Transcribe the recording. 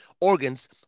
organs